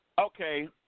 Okay